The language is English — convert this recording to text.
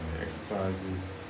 exercises